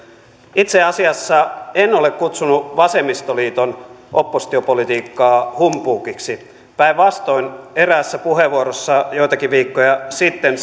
itse asiassa en ole kutsunut vasemmistoliiton oppositiopolitiikkaa humpuukiksi päinvastoin eräässä puheenvuorossa joitakin viikkoja sitten